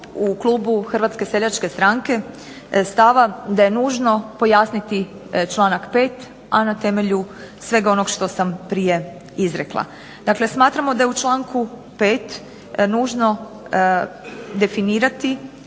mi smo u klubu HSS-a stava da je nužno pojasniti članak 5., a na temelju svega onog što sam prije izrekla. Dakle, smatramo da je u članku 5. nužno definirati